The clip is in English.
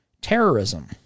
terrorism